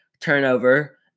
Turnover